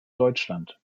deutschland